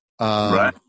Right